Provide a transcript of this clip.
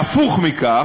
אבל, הפוך מכך,